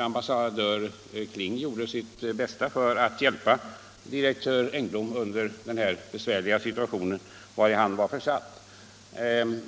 ambassadör Kling gjorde sitt bästa för att hjälpa direktör Engblom under den tid han var försatt i den här besvärliga situationen.